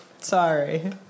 Sorry